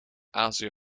azië